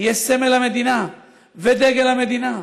יהיה סמל המדינה ודגל המדינה.